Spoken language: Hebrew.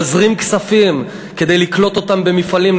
נזרים כספים כדי לקלוט אותם במפעלים.